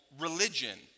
religion